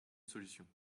solution